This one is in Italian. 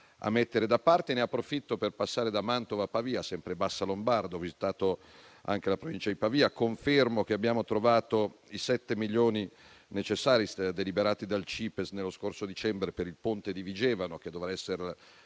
a mettere da parte. Ne approfitto per passare da Mantova a Pavia (sempre bassa lombarda). Ho visitato anche la Provincia di Pavia e confermo che abbiamo trovato i 7 milioni necessari, deliberati dal CIPES nello scorso dicembre, per il ponte di Vigevano, che dovrà essere